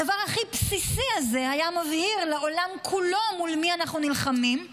הדבר הכי בסיסי הזה היה מבהיר לעולם כולו מול מי אנחנו נלחמים,